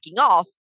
off